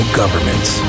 governments